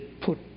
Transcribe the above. put